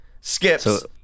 skips